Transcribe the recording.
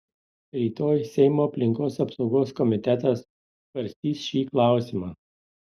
rytoj seimo aplinkos apsaugos komitetas svarstys šį klausimą